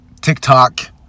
TikTok